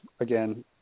again